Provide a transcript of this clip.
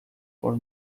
for